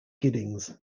giddings